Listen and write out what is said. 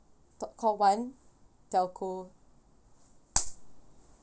t~ call one telco